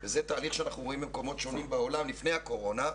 זה תהליך שאנחנו רואים במקומות שונים בעולם לפני הקורונה,